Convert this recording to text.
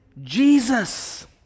Jesus